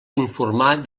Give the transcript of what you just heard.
informar